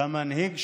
את המנהיג שלו,